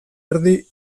erdi